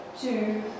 two